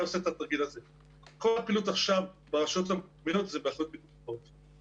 כל הפעילות עכשיו ברשות המקומית זה באחריות פיקוד העורף.